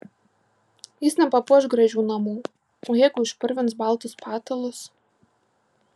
jis nepapuoš gražių namų o jeigu išpurvins baltus patalus